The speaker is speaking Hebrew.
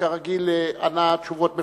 שכרגיל ענה תשובות מפורטות.